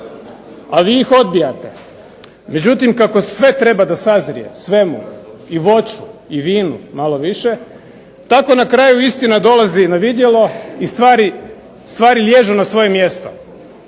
a vi ih odbijate. Međutim, kako sve treba da sazrije, svemu i voću i vinu malo više tako na kraju istina dolazi na vidjelo i stvari liježu na svoje mjesto,